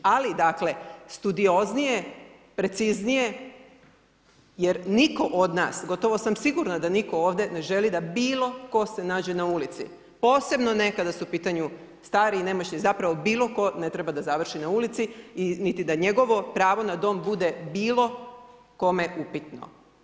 Ali, dakle, studioznije, preciznije jer niko od nas, gotovo sam sigurna da niko ovde ne želi da bilo tko se nađe na ulici, posebno ne kada su u pitanju stari i nemoćni, zapravo bilo tko ne treba da završi na ulici niti da njegovo pravo na dom bude bilo kome upitno.